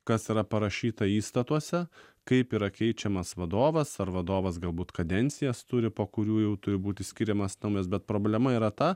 kas yra parašyta įstatuose kaip yra keičiamas vadovas ar vadovas galbūt kadencijas turi po kurių jau turi būti skiriamas naujas bet problema yra ta